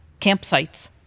campsites